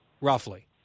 roughly